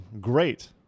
great